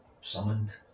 summoned